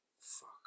Fuck